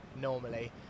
normally